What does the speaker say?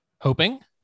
hoping